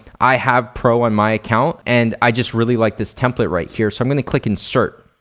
i have pro on my account and i just really like this template right here so i'm gonna click insert.